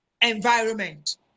environment